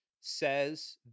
says